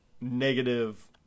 negative